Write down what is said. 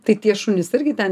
tai tie šunys irgi ten